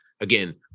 again